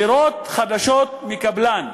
דירות חדשות מקבלן.